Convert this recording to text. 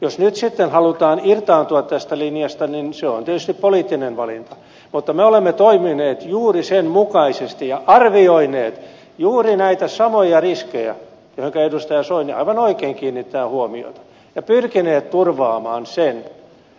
jos nyt sitten halutaan irtaantua tästä linjasta niin se on tietysti poliittinen valinta mutta me olemme toimineet juuri sen mukaisesti ja arvioineet juuri näitä samoja riskejä joihinka edustaja soini aivan oikein kiinnittää huomiota ja pyrkineet turvaamaan sen